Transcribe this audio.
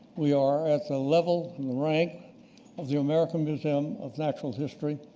we are at the level and the rank of the american museum of natural history,